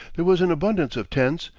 there was an abundance of tents,